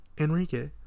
Enrique